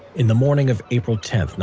in the morning of april tenth,